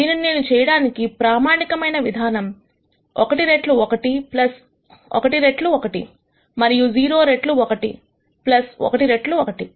దీనిని చేయడానికి ప్రామాణికమైన విధానము ఒకటి రెట్లు ఒకటి 1 రెట్లు ఒకటి మరియు 0 రెట్లు 11 రెట్లు 1